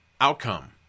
outcome